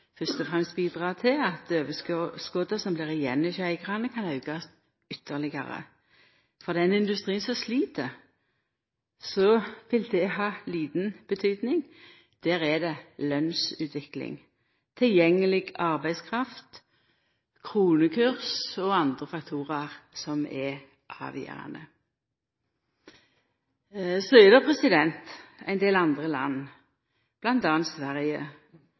fyrst og fremst bidra til at overskotet som blir igjen hjå eigarane, kan aukast ytterlegare. For den industrien som slit, vil det ha lita betydning. Der er det lønnsutvikling, tilgjengeleg arbeidskraft, kronekurs og andre faktorar som er avgjerande. Så er det ein del andre land, bl.a. Sverige,